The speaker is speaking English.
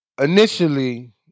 initially